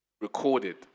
recorded